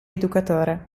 educatore